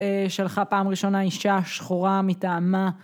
שלחה פעם ראשונה אישה שחורה מטעמה